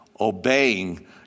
Obeying